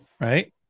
Right